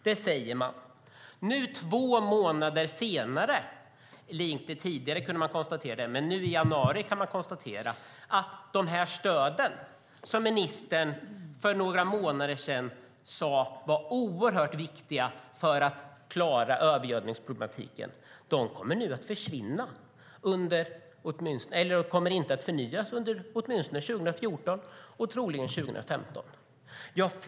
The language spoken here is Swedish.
Så säger man i november. Nu i januari kan vi konstatera att de här stöden, som ministern för några månader sedan sade var oerhört viktiga för att klara övergödningsproblemen, inte kommer att förnyas, åtminstone inte 2014 och troligen inte heller 2015.